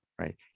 Right